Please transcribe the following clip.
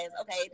okay